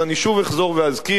אז אני שוב אחזור ואזכיר: